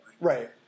Right